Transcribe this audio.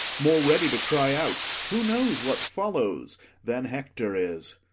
more ready to cry out who knows what follows than hector is.